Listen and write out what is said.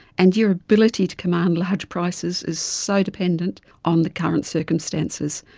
and your ability to command large prices is so dependent on the current circumstances.